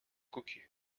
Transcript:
cocu